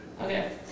okay